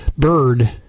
bird